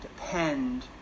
depend